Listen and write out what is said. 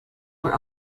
were